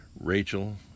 Rachel